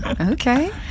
Okay